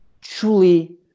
truly